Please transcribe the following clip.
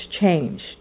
changed